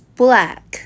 black